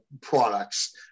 products